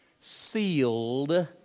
Sealed